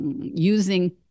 using